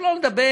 שלא לדבר